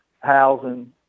housing